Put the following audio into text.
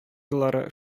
еллары